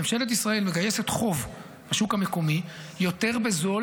ממשלת ישראל מגייסת חוב בשוק המקומי יותר בזול